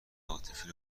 عاطفی